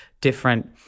different